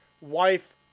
wife